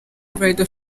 bridal